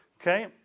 Okay